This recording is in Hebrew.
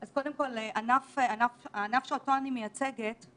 אז אנחנו מנסים לאזן ולהבין שהמצב הזה בו נשארים בסגר הוא לא טוב